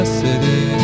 city